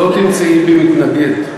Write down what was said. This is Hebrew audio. לא תמצאי בי מתנגד,